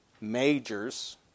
majors